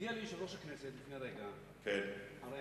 הודיע לי יושב-ראש הכנסת לפני רגע, הרי